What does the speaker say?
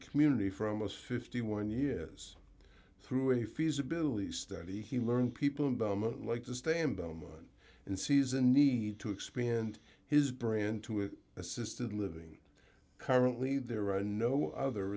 community from us fifty one years through a feasibility study he learned people like to stay in the mine and sees a need to expand his brand to an assisted living currently there are no other